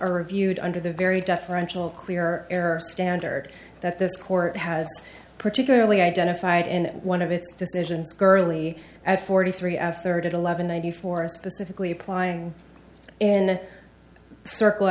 are reviewed under the very deferential clearer air standard that this court has particularly identified in one of its decisions girly at forty three of third eleven ninety four specifically applying in the circle